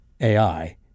AI